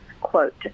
quote